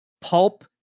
pulp